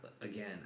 again